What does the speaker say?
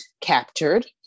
captured